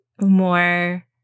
more